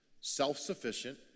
Self-sufficient